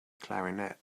clarinet